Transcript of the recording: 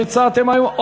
שהצעתם היום?